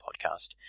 podcast